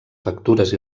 factures